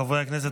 חברי הכנסת,